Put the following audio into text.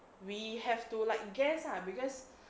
we have to like guess lah because